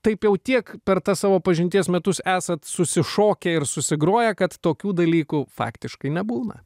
taip jau tiek per tą savo pažinties metus esat susišokę ir susigroję kad tokių dalykų faktiškai nebūna